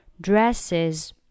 dresses